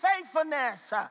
faithfulness